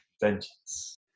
vengeance